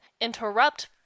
interrupt